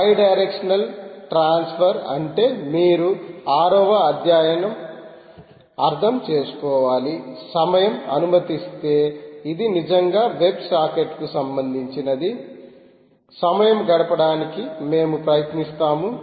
by directional transfer అంటే మీరు 6 వ అధ్యాయం అర్థం చేసుకోవాలి సమయం అనుమతిస్తే ఇది నిజంగా వెబ్ సాకెట్ కు సంబంధించినది అక్కడ సమయం గడపడానికి మేము ప్రయత్నిస్తాము